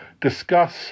discuss